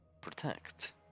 protect